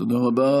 תודה רבה.